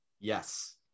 yes